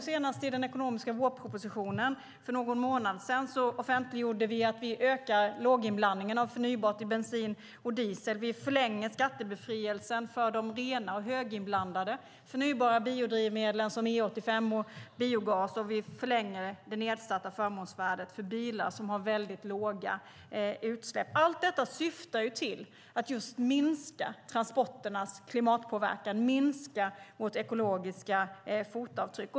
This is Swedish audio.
Senast i den ekonomiska vårpropositionen för någon månad sedan offentliggjorde vi att vi ökar låginblandningen av förnybart i bensin och diesel. Vi förlänger skattebefrielsen för de rena, höginblandade och förnybara biodrivmedlen som E85 och biogas. Vi förlänger det nedsatta förmånsvärdet för bilar som har mycket låga utsläpp. Allt detta syftar till att minska transporternas klimatpåverkan och minska vårt ekologiska fotavtryck.